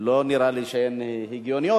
לא נראה לי שהן הגיוניות,